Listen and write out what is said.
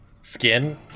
skin